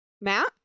Matt